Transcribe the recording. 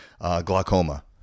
glaucoma